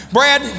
Brad